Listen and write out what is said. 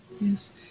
Yes